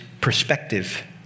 perspective